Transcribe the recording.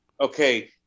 Okay